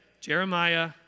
Jeremiah